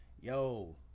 yo